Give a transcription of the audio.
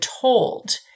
told